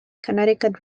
connecticut